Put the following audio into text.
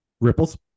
Ripples